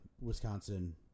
Wisconsin